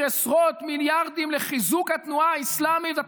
תקציב שמעביר עשרות מיליארדים לחיזוק התנועה האסלאמית.